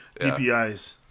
DPIs